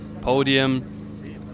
podium